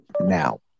now